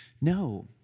No